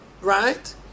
right